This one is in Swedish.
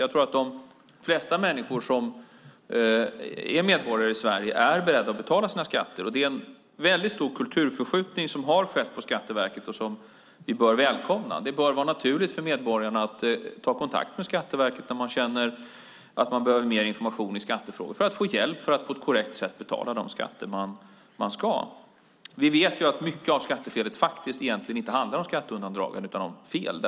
Jag tror att de flesta människor som är medborgare i Sverige är beredda att betala sina skatter. Det är en väldigt stor kulturförskjutning som har skett på Skatteverket och som vi bör välkomna. Det bör vara naturligt för medborgarna att ta kontakt med Skatteverket när man känner att man behöver mer information i skattefrågor och för att få hjälp att på ett korrekt sätt betala de skatter man ska. Vi vet att mycket av skattefelet egentligen inte handlar om skatteundandraganden utan om fel.